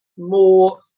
More